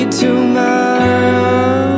tomorrow